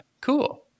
Cool